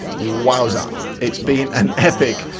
wowser. it's been an epic!